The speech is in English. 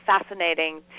fascinating